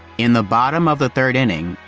in the bottom of the third inning,